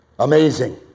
Amazing